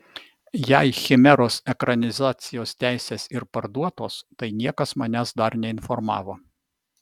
jei chimeros ekranizacijos teisės ir parduotos tai niekas manęs dar neinformavo